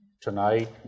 Tonight